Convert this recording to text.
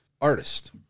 artist